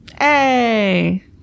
Hey